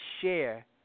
share